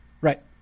Right